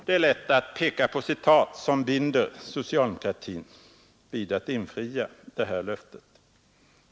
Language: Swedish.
Det är lätt att peka på citat som binder socialdemokratin vid att infria detta löfte.